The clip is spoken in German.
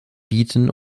bieten